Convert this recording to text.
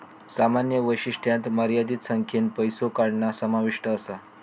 सामान्य वैशिष्ट्यांत मर्यादित संख्येन पैसो काढणा समाविष्ट असा